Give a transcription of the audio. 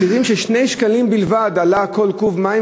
2 שקלים בלבד עלה כל קוב מים,